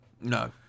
No